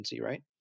right